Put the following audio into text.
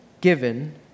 given